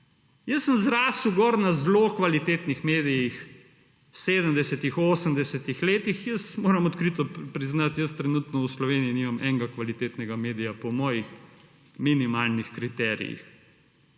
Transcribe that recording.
Jaz sem zrastel gor na zelo kvalitetnih medijih v sedemdesetih, osemdesetih letih. Jaz moram odkrito priznat, jaz trenutno v Sloveniji nimam enega kvalitetnega medija po mojih minimalnih kriterijih.